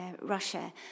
Russia